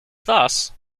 thus